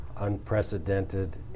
unprecedented